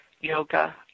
yoga